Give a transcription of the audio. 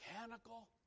mechanical